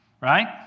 right